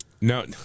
No